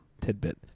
tidbit